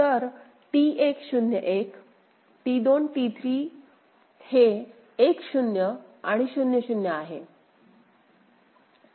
तर T1 0 1 T2 T3 हे 1 0 आणि 0 0 आहे